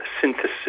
synthesis